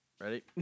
Ready